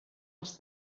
als